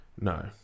No